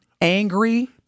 angry